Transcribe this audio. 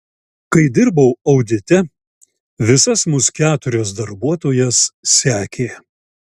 kai dirbau audite visas mus keturias darbuotojas sekė